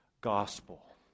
gospel